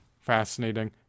fascinating